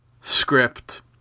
script